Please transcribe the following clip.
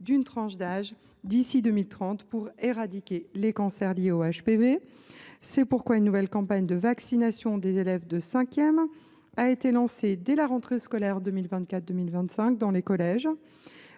d’une tranche d’âge d’ici à 2030, afin d’éradiquer les cancers liés aux HPV. C’est pourquoi une nouvelle campagne de vaccination des élèves de cinquième a été lancée lors de la rentrée scolaire 2024 2025 dans les collèges.